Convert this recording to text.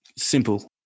Simple